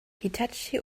hitachi